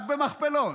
רק במכפלות.